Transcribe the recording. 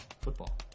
football